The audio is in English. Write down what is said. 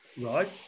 Right